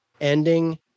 ending